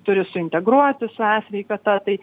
turi suintegruoti su e sveikata tai